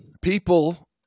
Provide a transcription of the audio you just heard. People